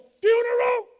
funeral